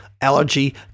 allergy